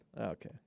Okay